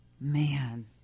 Man